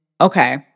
Okay